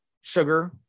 sugar